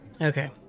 Okay